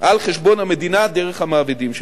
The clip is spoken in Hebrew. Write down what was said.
על חשבון המדינה דרך המעבידים שלהם.